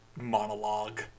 monologue